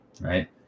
right